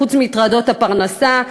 חוץ מטרדות הפרנסה,